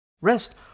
rest